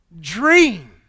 dream